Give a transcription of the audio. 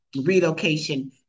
relocation